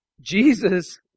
Jesus